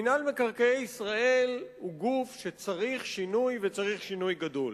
מינהל מקרקעי ישראל הוא גוף שצריך שינוי וצריך שינוי גדול.